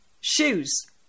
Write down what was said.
shoes